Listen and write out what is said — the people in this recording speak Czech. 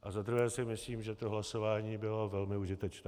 A za druhé si myslím, že to hlasování bylo velmi užitečné.